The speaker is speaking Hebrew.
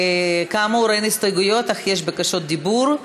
כאמור, אין הסתייגויות, אך יש בקשות דיבור.